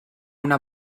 una